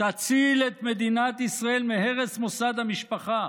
תציל את מדינת ישראל מהרס מוסד המשפחה,